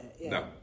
no